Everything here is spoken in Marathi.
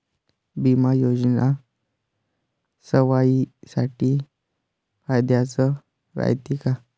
बिमा योजना सर्वाईसाठी फायद्याचं रायते का?